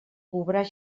cobrar